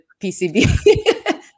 PCB